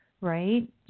right